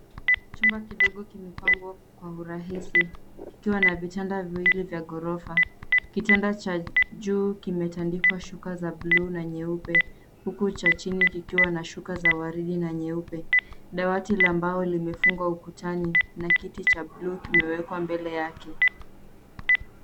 Chumba kidogo kimepangwa kwa urahisi, ukiwa na vitanda viwili vya ghorofa. Kitanda cha juu kimetandikwa shuka za bluu na nyeupe. Huku cha chini kikiwa na shuka za waridi na nyeupe. Dawati la mbao limefungwa ukutani, na kiti cha bluu kimewekwa mbele yake.